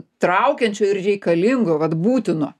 traukiančio ir reikalingo vat būtino